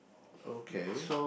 okay